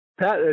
Pat